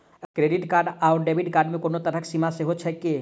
Credit card आओर debit card मे कोनो तरहक सीमा सेहो छैक की?